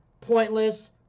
pointless